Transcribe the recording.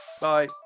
Bye